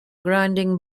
grinding